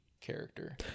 character